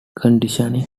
conditioning